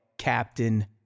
captain